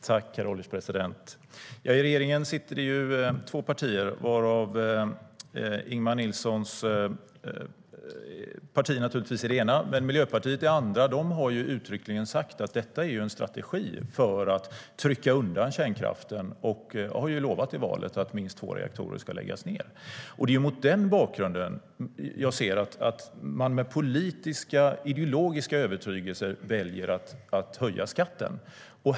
Herr ålderspresident! I regeringen är det två partier varav Ingemar Nilssons parti är det ena och Miljöpartiet är det andra. Det har uttryckligen sagt att detta är en strategi för att trycka undan kärnkraften och har lovat i valet att minst två reaktorer ska läggas ned. Det är mot den bakgrunden jag ser att man med politiska, ideologiska övertygelser väljer att höja skatten.